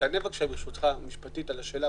תענה בבקשה משפטית על השאלה,